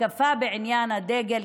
המתקפה בעניין הדגל,